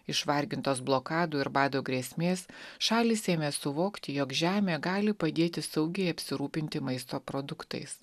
išvargintos blokadų ir bado grėsmės šalys ėmė suvokti jog žemė gali padėti saugiai apsirūpinti maisto produktais